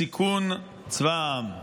סיכון צבא העם.